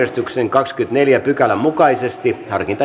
kahdennenkymmenennenneljännen pykälän mukaisesti harkintani mukaan enintään kahden